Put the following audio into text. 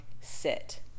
sit